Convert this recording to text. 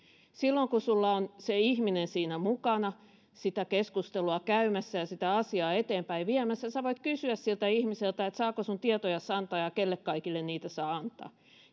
silloin kun sinulla on se ihminen siinä mukana keskustelua käymässä ja asiaa eteenpäin viemässä sinä voit kysyä siltä ihmiseltä että saako sinun tietojasi antaa ja kelle kaikille niitä saa antaa